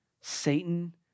Satan